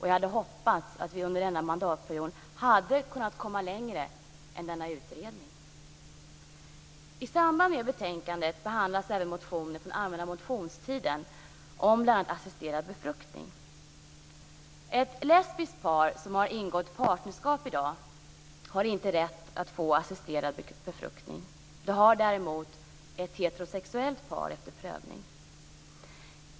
Jag hade hoppats att vi under denna mandatperiod skulle komma längre än till denna utredning. I samband med betänkandet behandlas även motioner från allmänna motionstiden om bl.a. assisterad befruktning. Ett lesbiskt par som har ingått partnerskap har inte rätt att få assisterad befruktning. Det har däremot ett heterosexuellt par efter prövning.